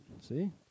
See